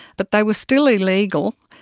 but they were still illegal,